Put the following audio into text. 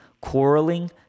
quarreling